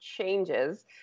changes